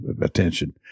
attention